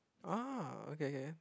ah okay okay